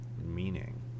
meaning